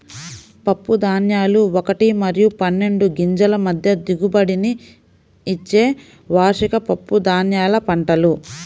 పప్పుధాన్యాలు ఒకటి మరియు పన్నెండు గింజల మధ్య దిగుబడినిచ్చే వార్షిక పప్పుధాన్యాల పంటలు